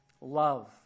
Love